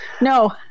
No